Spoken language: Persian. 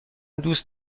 دوست